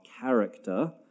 character